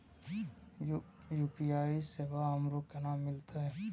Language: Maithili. यू.पी.आई सेवा हमरो केना मिलते?